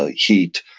ah heat.